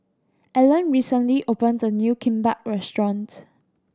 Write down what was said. Ellen recently opened a new Kimbap Restaurant